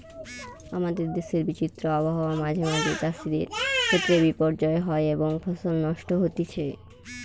আমাদের দেশের বিচিত্র আবহাওয়া মাঁঝে মাঝে চাষিদের ক্ষেত্রে বিপর্যয় হয় এবং ফসল নষ্ট হতিছে